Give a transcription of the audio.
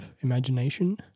imagination